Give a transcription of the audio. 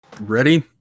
ready